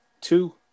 two